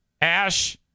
Ash